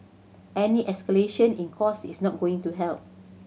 any escalation in costs is not going to help